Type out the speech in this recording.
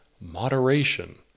moderation